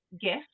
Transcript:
gift